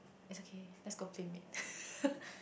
it's okay let's go PlayMade